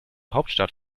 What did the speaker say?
hauptstadt